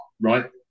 right